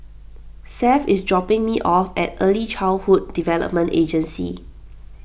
Seth is dropping me off at Early Childhood Development Agency